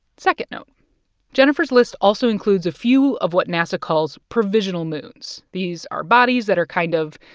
second note jennifer's list also includes a few of what nasa calls provisional moons. these are bodies that are kind of,